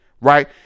right